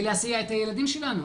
כדי להסיע את הילדים שלנו.